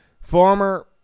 Former